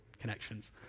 connections